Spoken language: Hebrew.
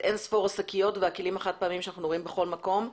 אין-ספור השקיות והכלים החד-פעמיים שאנחנו רואים בכל מקום,